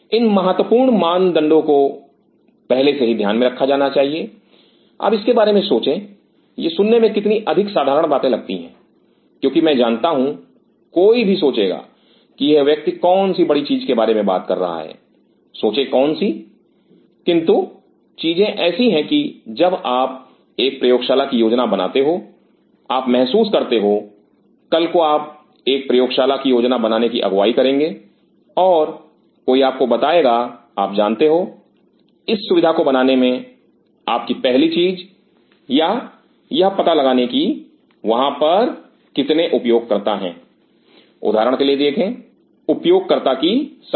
इन महत्वपूर्ण मानदंडों को पहले से ही ध्यान में रखा जाना चाहिए अब इसके बारे में सोचें यह सुनने में कितनी अधिक साधारण बातें लगती हैं क्योंकि मैं जानता हूं कोई भी सोचेगा कि यह व्यक्ति कौन सी बड़ी चीज के बारे में बात कर रहा है सोचे कौन सी किंतु चीजें ऐसी हैं कि जब आप एक प्रयोगशाला की योजना बनाते हो आप महसूस करते हो कल को आप एक प्रयोगशाला की योजना बनाने की अगुवाई करेंगे और कोई आपको बताएगा आप जानते हो इस सुविधा को बनाने में आप की पहली चीज या यह पता लगाना की वहां पर कितने उपयोगकर्ता हैं उदाहरण के लिए देखें उपयोगकर्ता की संख्या